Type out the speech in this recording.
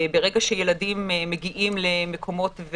ברגע שילדים מגיעים למקומות,